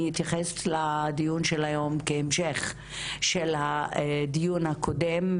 אתייחס לדיון של היום כדיון המשך לדיון הקודם.